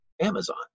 Amazon